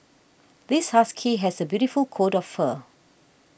this husky has a beautiful coat of fur